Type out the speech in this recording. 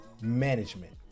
Management